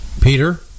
Peter